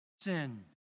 sin